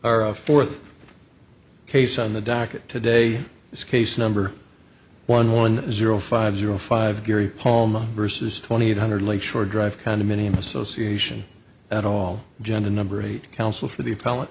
our fourth case on the docket today is case number one one zero five zero five gary palma versus twenty eight hundred lake shore drive condominium association at all jenna number eight counsel for the